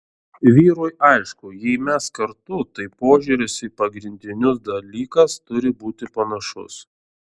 vyrui aišku jei mes kartu tai požiūris į pagrindinius dalykas turi būti panašus